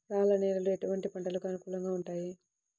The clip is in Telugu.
రాళ్ల నేలలు ఎటువంటి పంటలకు అనుకూలంగా ఉంటాయి?